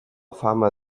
fama